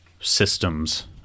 systems